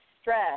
stress